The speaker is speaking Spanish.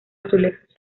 azulejos